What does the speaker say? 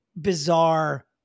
bizarre